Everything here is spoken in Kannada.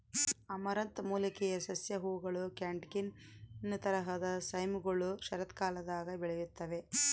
ಅಮರಂಥ್ ಮೂಲಿಕೆಯ ಸಸ್ಯ ಹೂವುಗಳ ಕ್ಯಾಟ್ಕಿನ್ ತರಹದ ಸೈಮ್ಗಳು ಶರತ್ಕಾಲದಾಗ ಬೆಳೆಯುತ್ತವೆ